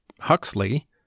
Huxley